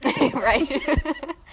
right